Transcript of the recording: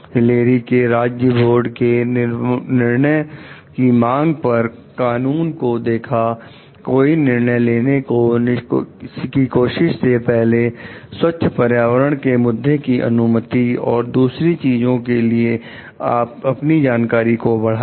Hillary ने राज्य board के निर्णय की मांग पर कानून को देखा कोई निर्णय लेने की कोशिश से पहले स्वच्छ पर्यावरण मुद्दे की अनुमति और दूसरी चीजों के लिए अपनी जानकारी को बढ़ाया